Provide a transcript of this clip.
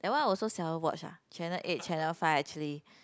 that one also seldom watch ah channel eight channel five actually